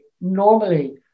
normally